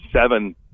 seven